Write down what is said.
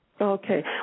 Okay